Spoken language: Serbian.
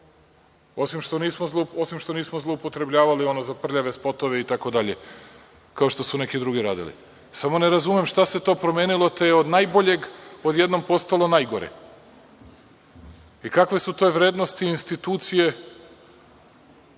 osim što nismo zloupotrebljavali ono za prljave spotove itd, kao što su neki drugi radili. Samo ne razumem šta se to promenilo, te je od najboljeg odjednom postalo najgore. Kakve su te vrednosti institucije,